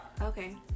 Okay